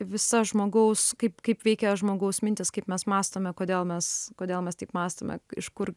visa žmogaus kaip kaip veikia žmogaus mintys kaip mes mąstome kodėl mes kodėl mes taip mąstome iš kur